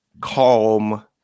calm